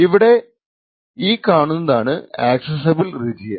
ഇവിടെ ഈ കാണുന്നതാണ് ആക്സസ്സബിൾ റീജിയൻ